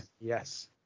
Yes